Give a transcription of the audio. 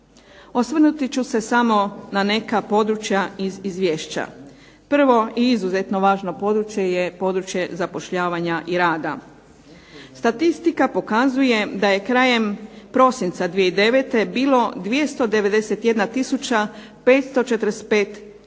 Osvrnuti ću se samo na neka područja iz Izvješća. Prvo, i izuzetno važno područje je područje zapošljavanja i rada. Statistika pokazuje da je krajem prosinca bilo 291 tisuća